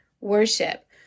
worship